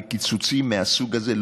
בקיצוצים מהסוג הזה,